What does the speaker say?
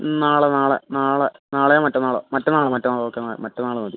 നാളെ നാളെ നാളെ നാളെയോ മറ്റന്നാളോ മറ്റന്നാള് മറ്റന്നാള് ഓക്കെ മറ്റന്നാള് മതി